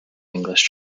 english